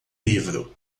livro